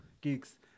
geeks